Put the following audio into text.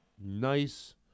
nice